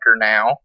now